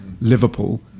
Liverpool